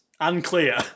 Unclear